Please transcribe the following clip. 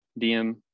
DM